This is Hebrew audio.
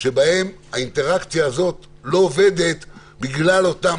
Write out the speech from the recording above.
שבהן האינטראקציה הזאת לא עובדת בגלל אותם